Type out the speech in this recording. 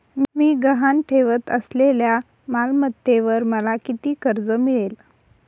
मी गहाण ठेवत असलेल्या मालमत्तेवर मला किती कर्ज मिळेल?